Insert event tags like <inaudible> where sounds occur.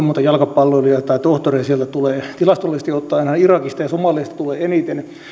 <unintelligible> monta jalkapalloilijaa tai tohtoria sieltä tulee tilastollisesti ottaen aina irakista ja somaliasta tulee eniten